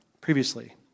previously